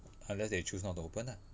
unless they choose not to open ah